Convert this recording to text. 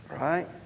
Right